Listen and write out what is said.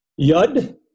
Yud